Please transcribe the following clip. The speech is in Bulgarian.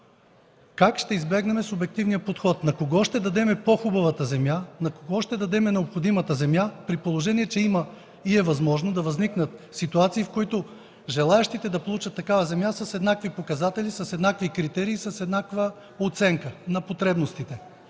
как ще избегнем субективния подход? На кого ще дадем по-хубавата земя? На кого ще дадем необходимото количество земя, при положение че има и е възможно да възникнат ситуации, в които желаещите да получат такава земя са с еднакви показатели, с еднакви критерии, с еднаква оценка на потребностите?